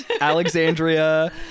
Alexandria